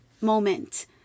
moment